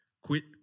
quit